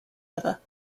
other